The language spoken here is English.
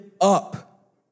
up